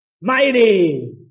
Mighty